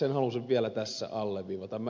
sen halusin vielä tässä alleviivata